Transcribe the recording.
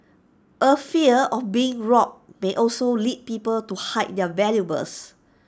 A fear of being robbed may also lead people to hide their valuables